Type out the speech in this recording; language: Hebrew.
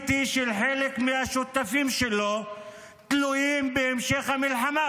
טלי, תנו לו לסיים,